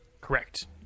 Correct